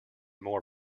more